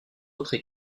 autres